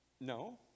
No